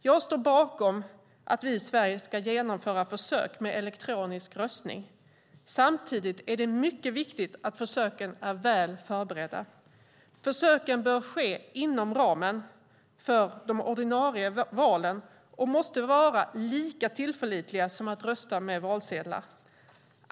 Jag står bakom att vi i Sverige ska genomföra försök med elektronisk röstning. Samtidigt är det mycket viktigt att försöken är väl förberedda. Försöken bör ske inom ramen för de ordinarie valen och måste vara lika tillförlitliga som röstning med valsedlar.